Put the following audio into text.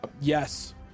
Yes